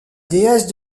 déesse